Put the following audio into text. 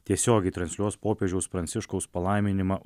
tiesiogiai transliuos popiežiaus pranciškaus palaiminimą